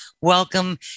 welcome